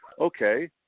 Okay